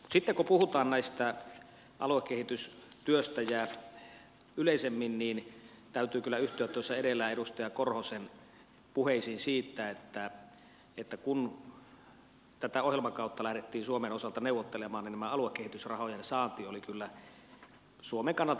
sitten kun puhutaan aluekehitystyöstä yleisemmin niin täytyy kyllä yhtyä edustaja korhosen puheisiin siitä että kun tätä ohjelmakautta lähdettiin suomen osalta neuvottelemaan niin tämä aluekehitysrahojen saanti oli kyllä suomen kannalta epäonnistuminen